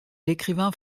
l’écrivain